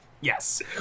Yes